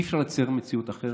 אי-אפשר לצייר מציאות אחרת.